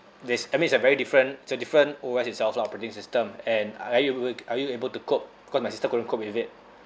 there's I mean it's a very different it's a different O_S itself lah operating system and are you a~ are you able to cope cause my sister couldn't cope with it